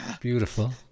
Beautiful